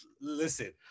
listen